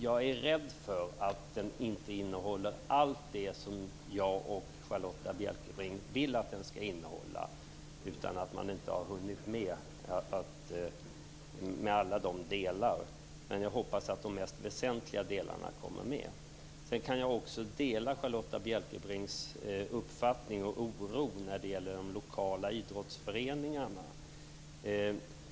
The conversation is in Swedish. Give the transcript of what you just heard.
Jag är rädd för att den inte innehåller allt det som jag och Charlotta Bjälkebring vill att den ska innehålla. Man har nog inte hunnit med alla delar, men jag hoppas att de mest väsentliga delarna kommer att behandlas. Sedan delar jag Charlotta Bjälkebrings uppfattning och oro när det gäller de lokala idrottsföreningarna.